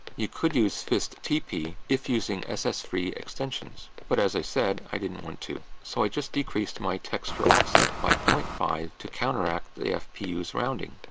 you could use fisttp if using s s e three extensions, but as i said, i didn't want to. so, i just decreased my texture offset by point five to counteract the ah fpu's rounding.